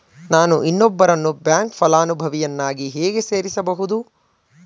ನಾನು ಇನ್ನೊಬ್ಬರನ್ನು ಬ್ಯಾಂಕ್ ಫಲಾನುಭವಿಯನ್ನಾಗಿ ಹೇಗೆ ಸೇರಿಸಬಹುದು?